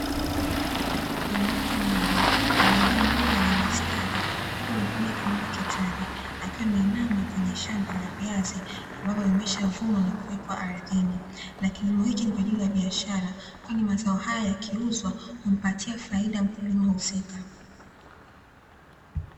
Mwanamke mmoja aliyevaa nguo yenye mistari huku amejifunga kilemba kichwani, akiwa ameinama kwenye shamba la viazi ambavyo vimeshavunwa na kuwekwa ardhini, na kilimo hichi ni kwa ajili ya biashara, kwani mazao haya yakiuzwa humpatia faida mkulima husika.